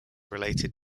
related